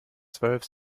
zwölf